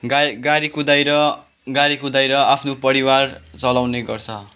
गाडी कुदाएर गाडी कुदाएर आफ्नो परिवार चलाउने गर्छ